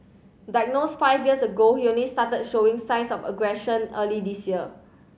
diagnosed five years ago he only started showing signs of aggression early this year